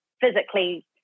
physically